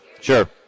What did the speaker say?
Sure